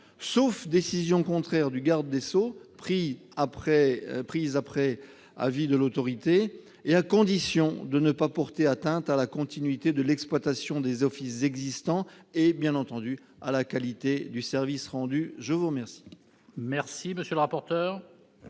sauf décision contraire du garde des sceaux, prise après avis de l'Autorité, et à condition de ne pas porter atteinte à la continuité de l'exploitation des offices existants et à la qualité du service rendu. Quel